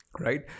right